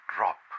Drop